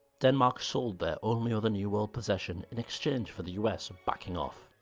denmark sold their only other new world possession, in exchange for the us backing off.